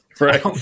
Right